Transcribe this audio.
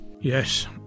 Yes